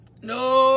No